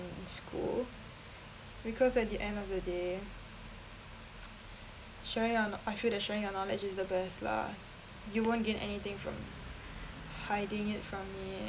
in school because at the end of the day sharing your I feel that sharing your knowledge is the best lah you won't gain anything from hiding it from me